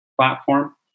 platform